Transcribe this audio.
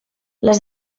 les